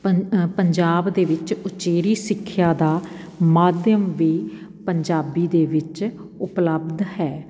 ਪੰਨ ਪੰਜਾਬ ਦੇ ਵਿੱਚ ਉਚੇਰੀ ਸਿੱਖਿਆ ਦਾ ਮਾਧਿਅਮ ਵੀ ਪੰਜਾਬੀ ਦੇ ਵਿੱਚ ਉਪਲਬਧ ਹੈ